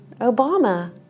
Obama